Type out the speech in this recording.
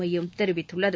மையம் தெரிவித்துள்ளது